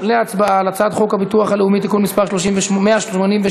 חבר הכנסת יואל חסון, נוכח,